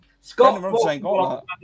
Scott